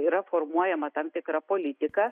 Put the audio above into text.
yra formuojama tam tikra politika